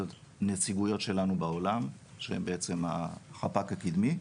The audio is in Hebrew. הנציגויות שלנו בעולם שהם בעצם החפ"ק הקידמי,